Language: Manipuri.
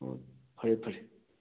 ꯑꯣ ꯐꯔꯦ ꯐꯔꯦ